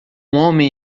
homem